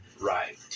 right